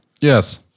Yes